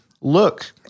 look